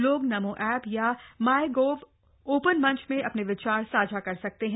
लोग नमो ऐप या MyGov open मंच में अपने विचार साझा कर सकते हैं